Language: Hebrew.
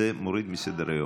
זה יורד מסדר-היום.